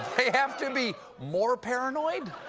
have to be more paranoid?